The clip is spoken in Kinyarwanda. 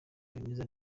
bameze